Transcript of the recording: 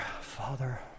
Father